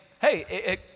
hey